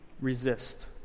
resist